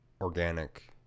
organic